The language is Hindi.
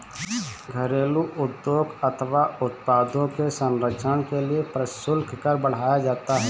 घरेलू उद्योग अथवा उत्पादों के संरक्षण के लिए प्रशुल्क कर बढ़ाया जाता है